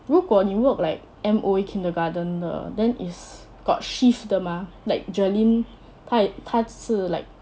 如果你 work like M_O_E kindergarten 的 then is got shift 的 mah like jerlyn type 她就是 like